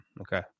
Okay